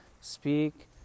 speak